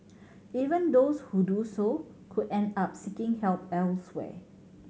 even those who do so could end up seeking help elsewhere